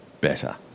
better